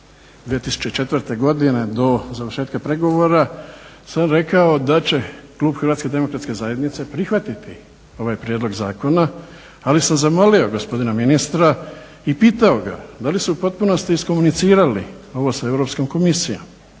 2004. godine do završetka pregovora, sam rekao da će klub HDZ prihvatiti ovaj prijedlog zakona, ali sam zamolio gospodina ministra i pitao ga da li su u potpunosti iskomunicirali ovo sa Europskom komisijom?